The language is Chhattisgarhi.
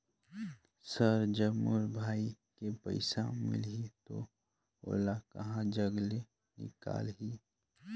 सर जब मोर भाई के पइसा मिलही तो ओला कहा जग ले निकालिही?